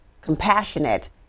compassionate